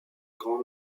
grand